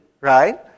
right